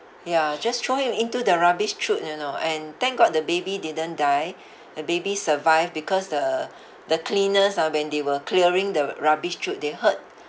ya just throw him into the rubbish chute you know and thank god the baby didn't die the baby survived because the the cleaners ah when they were clearing the rubbish chute they heard